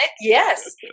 yes